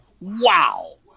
wow